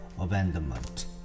abandonment